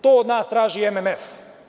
To od nas traži MMF.